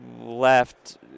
left